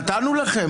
נתנו לכם.